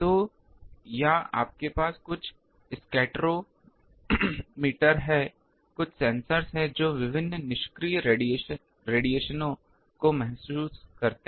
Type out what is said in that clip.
तो या आपके पास कुछ स्कैटरोमीटर हैं कुछ सेंसर हैं जो विभिन्न निष्क्रिय विकिरणों को महसूस करते हैं